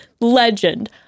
legend